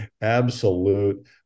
absolute